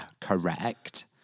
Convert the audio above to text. correct